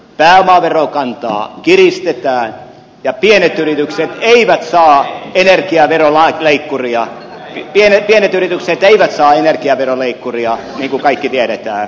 pääomaverokantaa kiristetään ja pienet yritykset eivät saa energiaa veromaa leikkuria pienehköt yritykset eivät energiaveroleikkuria niin kuin kaikki tiedämme